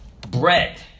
bread